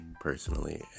personally